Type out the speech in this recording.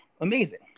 amazing